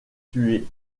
tués